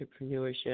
entrepreneurship